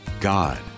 God